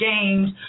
games